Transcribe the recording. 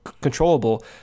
controllable